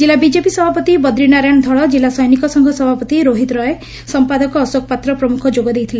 କିଲ୍ଲା ବିଜେପି ସଭାପତି ବଦ୍ରିନାରାୟଣ ଧଳ କିଲ୍ଲା ସୈନିକ ସଂଘ ସଭାପତି ରୋହିତ ରାୟ ସଂପାଦକ ଅଶୋକ ପାତ୍ର ପ୍ରମୁଖ ଯୋଗଦେଇଥିଲେ